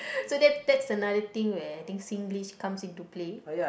so that that's another thing where I think Singlish comes into play